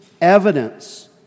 evidence